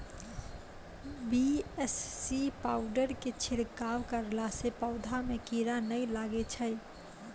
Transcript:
BAC powder के छिड़काव करला से पौधा मे कीड़ा नैय लागै छै?